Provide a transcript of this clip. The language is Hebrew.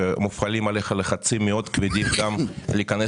שמופעלים עליך לחצים מאוד כבדים גם לכנס